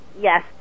Yes